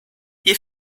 ihr